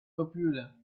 popular